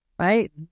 Right